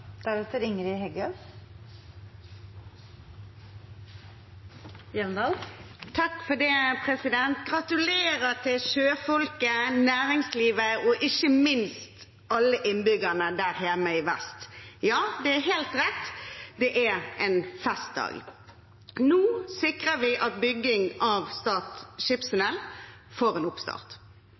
Gratulerer til sjøfolket, næringslivet og ikke minst alle innbyggerne der hjemme i vest! Ja, det er helt rett – det er en festdag. Nå sikrer vi at bygging av Stad skipstunnel får en oppstart.